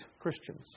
Christians